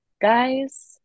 guys